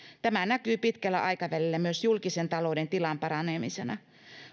tämä näkyy pitkällä aikavälillä myös julkisen talouden tilan paranemisena